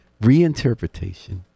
reinterpretation